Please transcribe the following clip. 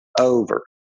over